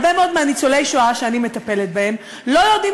הרבה מאוד מניצולי השואה שאני מטפלת בהם לא יודעים